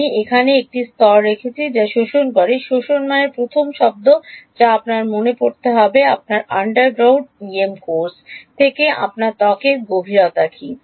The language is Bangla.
আমি এখানে একটি স্তর রেখেছি যা শোষণ করে শোষণ মানে প্রথম শব্দ যা আপনার মনে পড়তে হবে আপনার আন্ডারগ্রাড ইএম কোর্স থেকে আপনার ত্বকের গভীরতা কী